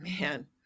Man